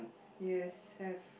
yes have